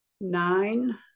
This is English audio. nine